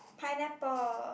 pineapple